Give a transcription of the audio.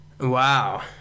wow